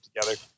together